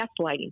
gaslighting